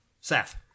Seth